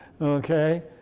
Okay